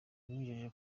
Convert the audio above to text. yamwijeje